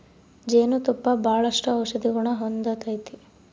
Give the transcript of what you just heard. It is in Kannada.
ಜೇನು ತುಪ್ಪ ಬಾಳಷ್ಟು ಔಷದಿಗುಣ ಹೊಂದತತೆ